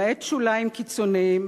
למעט שוליים קיצוניים,